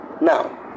Now